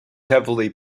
heavily